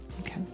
Okay